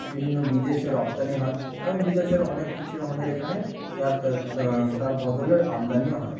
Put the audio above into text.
বিভিন্ন বিদেশে রপ্তানি হয় এবং বিদেশের অনেক কিছুই আমাদের এখানে তার বদলে আমদানিও হয়